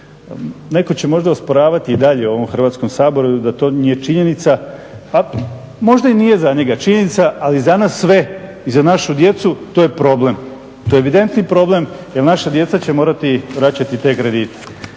Neko će možda osporavati i dalje u ovom Hrvatskom saboru da to nije činjenica, pa možda i nije za njega činjenica ali za nas sve i za našu djecu to je problem, to je evidentni problem jer naša djeca će morati vraćati te kredite.